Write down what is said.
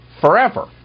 forever